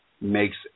makes